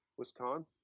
Wisconsin